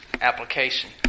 application